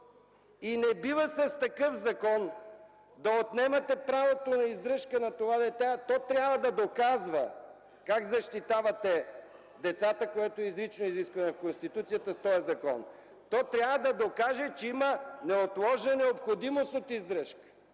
Не бива с такъв закон да отнемате правото на издръжка на това дете. Как защитавате децата, което е изрично изискване на Конституцията, в този закон?! То трябва да докаже, че има неотложна необходимост от издръжка.